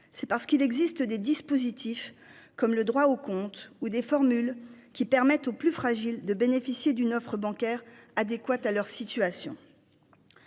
c'est parce qu'il existe des dispositifs comme le droit au compte ou des formules qui permettent aux plus fragiles, de bénéficier d'une offre bancaire adéquate à leur situation.